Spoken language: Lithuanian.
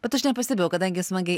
bet aš nepastebėjau kadangi smagiai